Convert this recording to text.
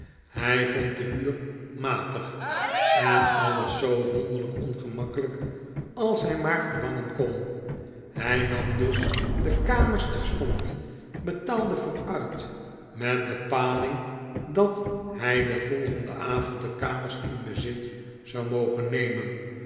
hij vond de huur matig en alles zoo wonderlijk ongemakkelijk als hij maar verlangen kon hij nam dus de kamers terstond betaalde vooruit met bepaling dat hij den volgenden avond de kamers in bezit zou mogen nemen